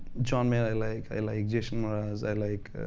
john mayer, i like. i like jason miraz. i like